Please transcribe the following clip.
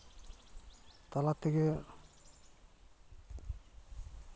ᱛᱟᱞᱟᱛᱮᱜᱮ